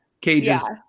Cages